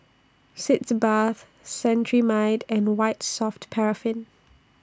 Sitz Bath Cetrimide and White Soft Paraffin